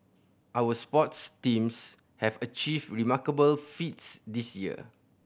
our sports teams have achieved remarkable feats this year